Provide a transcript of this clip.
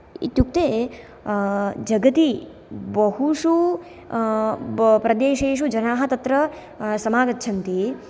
इत्युक्ते जगति बहुषु प्रदेशेषु जनाः तत्र समागच्छन्ति